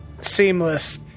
Seamless